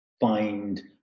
find